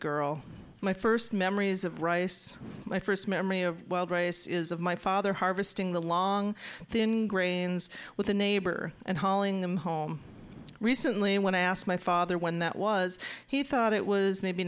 girl my first memories of rice my first memory of wild rice is of my father harvesting the long thin grains with a neighbor and hauling them home recently and when i asked my father when that was he thought it was maybe